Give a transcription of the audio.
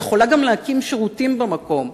יכולה גם להקים שירותים במקום,